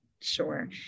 Sure